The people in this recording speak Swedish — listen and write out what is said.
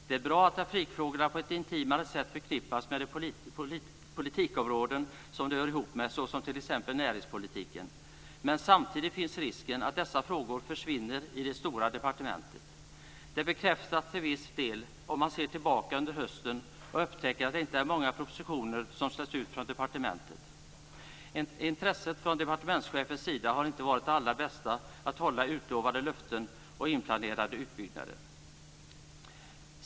Det är bra att trafikfrågorna på ett intimare sätt förknippas med de politikområden som de hör ihop med, t.ex. näringspolitiken. Men samtidigt finns risken att dessa frågor försvinner i det "stora" departementet. Det bekräftas till viss del om man ser tillbaka på hösten och då upptäcker att det inte är många propositioner som släppts ut från departementet. Intresset från departementschefens sida har inte varit det allra bästa när det gällt att hålla givna löften och inplanerade utbyggnader.